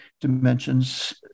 dimensions